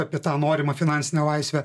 apie tą norimą finansinę laisvę